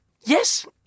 yes